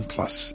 Plus